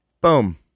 Boom